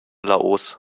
laos